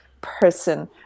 person